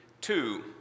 two